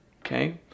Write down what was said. Okay